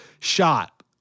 shot